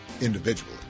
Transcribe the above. individually